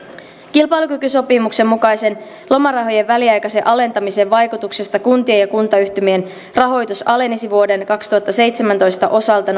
kilpailukykysopimuksen mukaisen lomarahojen väliaikaisen alentamisen vaikutuksesta kuntien ja kuntayhtymien rahoitus alenisi vuoden kaksituhattaseitsemäntoista osalta